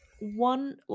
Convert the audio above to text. one